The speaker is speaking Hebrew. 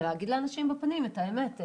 זה להגיד לאנשים בפנים את האמת.